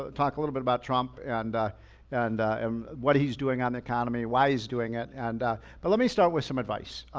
ah talk a little bit about trump and and um what he's doing on the economy, why he's doing it. and but let me start with some advice.